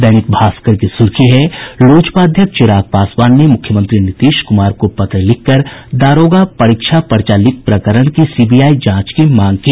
दैनिक भास्कर की सुर्खी है लोजपा अध्यक्ष चिराग पासवान ने मुख्यमंत्री नीतीश कुमार को पत्र लिखकर दारोगा परीक्षा पर्चा लीक प्रकरण की सीबीआई जांच की मांग की